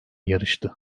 yarıştı